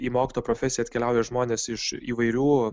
į mokytojo profesiją atkeliauja žmonės iš įvairių